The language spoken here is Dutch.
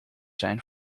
zijn